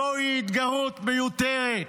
זוהי התגרות מיותרת.